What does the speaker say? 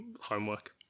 homework